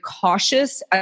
cautious